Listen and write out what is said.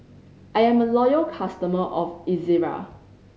I am a loyal customer of Ezerra